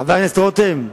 חבר הכנסת רותם,